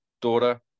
daughter